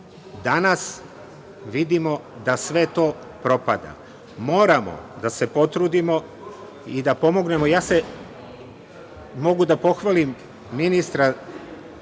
Danas vidimo da sve to propada. Moramo da se potrudimo i da pomognemo. Mogu da pohvalim ministra